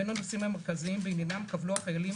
בין הנושאים המרכזיים בעניינם קבלו החיילים,